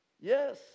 Yes